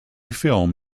film